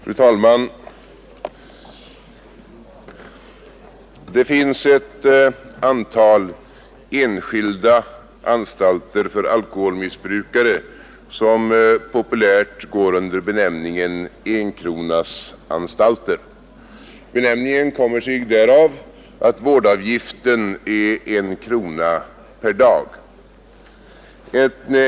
Fru talman! Det finns ett antal enskilda anstalter för alkoholmissbrukare som populärt går under benämningen ”enkronasanstalter”. Benämningen kommer sig av att vårdavgiften är en krona per dag.